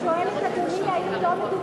אני שואלת, אדוני, האם לא מדובר